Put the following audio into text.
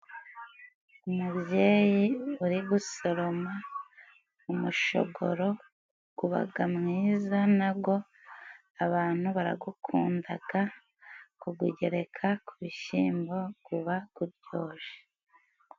Umubyeyi uri gusoroma umushogoro gubaga mwiza na go abantu baragukundaga kugugereka ku bishimbo guba guryoshe.